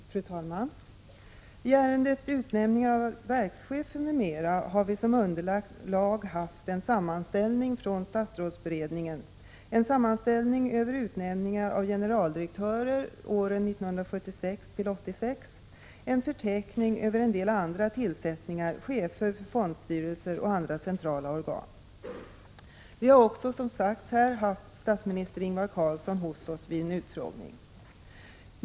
Fru talman! I ärendet Utnämningar av verkschefer m.m. har vi som underlag haft en sammanställning från statsrådsberedningen över utnämningar av generaldirektörer under åren 1976—1986 och en förteckning över en del andra tillsättningar, t.ex. av chefer för fondstyrelser och andra centrala organ. Vi har också, som redan sagts, haft statsminister Ingvar Carlsson hos oss för en utfrågning.